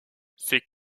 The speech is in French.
ces